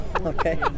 Okay